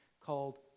called